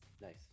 Nice